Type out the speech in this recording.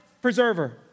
preserver